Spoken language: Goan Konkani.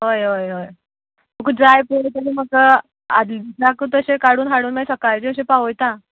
हय हय हय तुका जाय पळय तेन्ना म्हाका आदले दिसा तशें काडून हाडून मागीर सकाळचें अशें पावयता